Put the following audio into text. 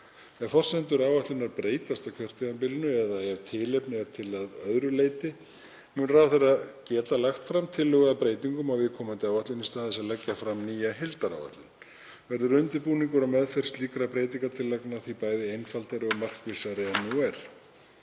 Ef forsendur áætlunar breytast á kjörtímabilinu eða ef tilefni er til að öðru leyti mun ráðherra leggja fram tillögu að breytingum á viðkomandi áætlun í stað þess að leggja fram nýja heildaráætlun. Verður undirbúningur og meðferð slíkra breytingartillagna því bæði einfaldari og markvissari en nú er.